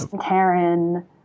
Karen